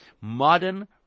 Modern